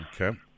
okay